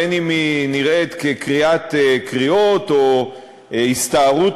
בין שהיא נראית כקריאת קריאות או הסתערות